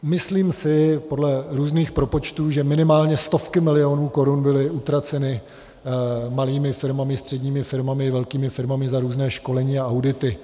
Myslím si podle různých propočtů, že minimálně stovky milionů korun byly utraceny malými, středními i velkými firmami za různá školení a audity.